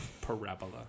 Parabola